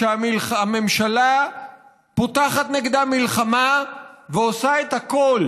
הממשלה פותחת נגדם מלחמה ועושה את הכול